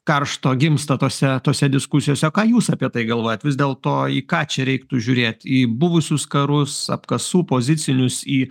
karšto gimsta tose tose diskusijose o ką jūs apie tai galvojat vis dėlto į ką čia reiktų žiūrėt į buvusius karus apkasų pozicinius į